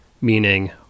meaning